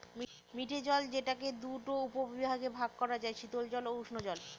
মিঠে জল যেটাকে দুটা উপবিভাগে ভাগ করা যায়, শীতল জল ও উষ্ঞজল